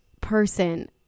person